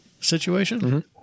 situation